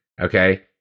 okay